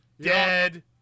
dead